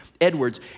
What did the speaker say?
Edwards